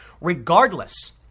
regardless